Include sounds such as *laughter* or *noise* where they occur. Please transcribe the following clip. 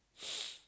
*noise*